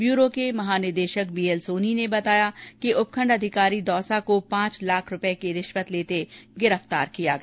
bureau के महानिदेशक BL Soni ने बताया कि उपखंड अधिकारी दौसा को पांच लाख रूपये की रिश्वत लेते गिरफ्तार किया गया